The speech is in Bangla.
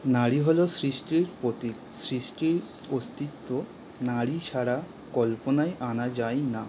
নারী হলো সৃষ্টির প্রতীক সৃষ্টির অস্তিত্ব নারী ছাড়া কল্পনায় আনা যায় না